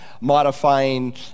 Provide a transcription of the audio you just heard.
modifying